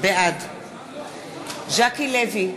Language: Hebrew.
בעד ז'קי לוי,